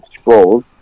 scrolls